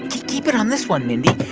keep it on this one, mindy.